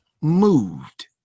moved